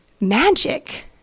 magic